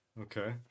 Okay